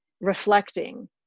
reflecting